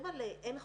אין חוק.